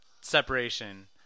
separation